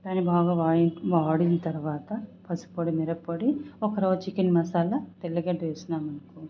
దాని బాగా వాయ్ వాడిన తరువాత పసుప్పొడి మిరప్పొడి ఒకరవ్వ చికెన్ మసాలా తెల్లగడ్డ వేసినామనుకో